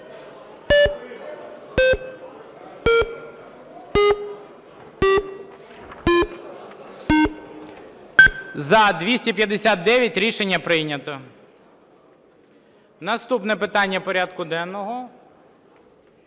За-259 Рішення прийнято. Наступне питання порядку денного